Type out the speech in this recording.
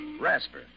Rasper